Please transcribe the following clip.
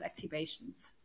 activations